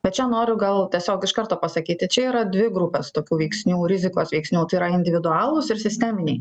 bet čia noriu gal tiesiog iš karto pasakyti čia yra dvi grupės tokių veiksnių rizikos veiksnių tai yra individualūs ir sisteminiai